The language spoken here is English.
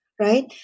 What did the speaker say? Right